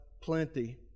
plenty